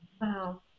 Wow